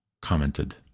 commented